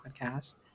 Podcast